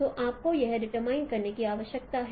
तो आपको यह डीटरमाइन करने की आवश्यकता है